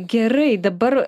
gerai dabar